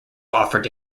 offered